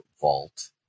vault